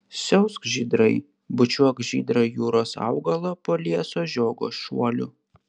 siausk žydrai bučiuok žydrą jūros augalą po lieso žiogo šuoliu